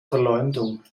verleumdung